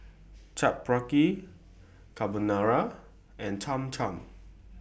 Chaat Papri Carbonara and Cham Cham